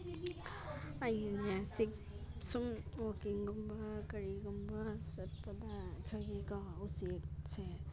ꯑꯩꯅꯦ ꯁꯨꯝ ꯋꯥꯛꯀꯤꯡꯒꯨꯝꯕ ꯀꯔꯤꯒꯨꯝꯕ ꯁꯨꯝ ꯆꯠꯄꯗ ꯑꯩꯈꯣꯏꯒꯤꯀꯣ ꯎꯆꯦꯛꯁꯦ